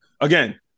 again